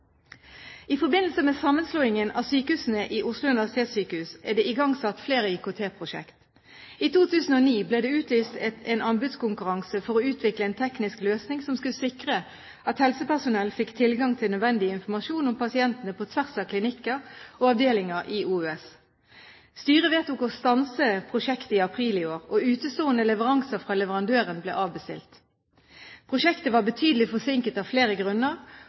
I forbindelse med sammenslåingen av sykehusene i Oslo universitetssykehus er det igangsatt flere IKT-prosjekter. I 2009 ble det utlyst en anbudskonkurranse for å utvikle en teknisk løsning som skulle sikre at helsepersonell fikk tilgang til nødvendig informasjon om pasientene på tvers av klinikker og avdelinger i Oslo universitetssykehus. Styret vedtok å stanse prosjektet i april i år, og utestående leveranser fra leverandøren ble avbestilt. Prosjektet var betydelig forsinket av flere grunner,